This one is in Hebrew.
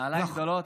נעליים גדולות.